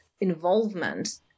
involvement